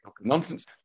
nonsense